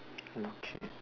okay